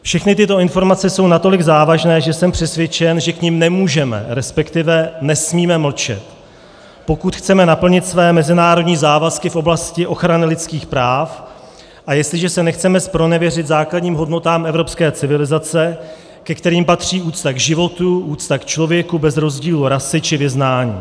Všechny tyto informace jsou natolik závažné, že jsem přesvědčen, že k nim nemůžeme, respektive nesmíme mlčet, pokud chceme naplnit své mezinárodní závazky v oblasti ochrany lidských práv a jestliže se nechceme zpronevěřit základním hodnotám evropské civilizace, ke kterým patří úcta k životu, úcta k člověku bez rozdílu rasy či vyznání.